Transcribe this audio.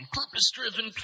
purpose-driven